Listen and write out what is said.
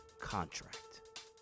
contract